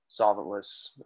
solventless